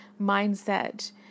mindset